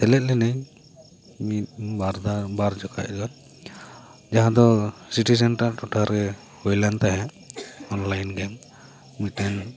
ᱥᱮᱞᱮᱫ ᱞᱤᱱᱟᱹᱧ ᱢᱤᱫ ᱵᱟᱨ ᱡᱚᱠᱷᱚᱱ ᱫᱚ ᱡᱟᱦᱟᱸ ᱫᱚ ᱥᱤᱴᱤ ᱥᱮᱱᱴᱟᱨ ᱴᱚᱴᱷᱟ ᱨᱮ ᱦᱳᱭᱞᱮᱱ ᱛᱟᱦᱮᱸᱫ ᱚᱱᱞᱟᱭᱤᱱ ᱜᱮᱹᱢ ᱢᱤᱫᱴᱮᱱ